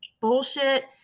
bullshit